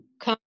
come